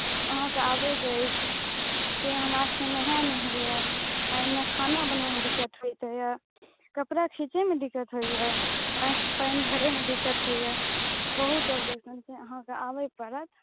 अहाँकेँ आबैके अछि तैँ हमरासभके नहाएल नहि होइए पानिमे खाना बनायमे दिक्कत होइत रहैए कपड़ा खीचैमे दिक्कत होइए पानि भरैमे दिक्कत होइए बहुत ऑब्जेक्शन छै अहाँके आबै पड़त